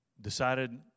Decided